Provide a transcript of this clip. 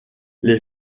les